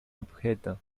objeto